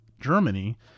Germany